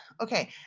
Okay